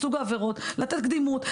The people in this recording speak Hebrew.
לתת קדימות.